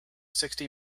sixty